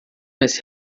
mas